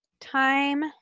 Time